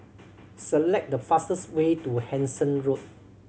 select the fastest way to Hendon Road